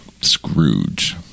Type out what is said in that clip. Scrooge